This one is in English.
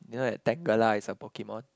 you know that Tangela is a Pokemon